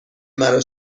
مرا